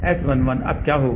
S11 अब क्या होगा